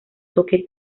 toque